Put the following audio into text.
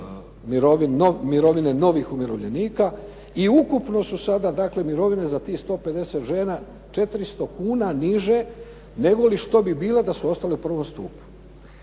mirovine novih umirovljenika i ukupno su sada dakle mirovine za tih 150 žena 400 kuna niže negoli što bi bilo da su ostale u I. stupu.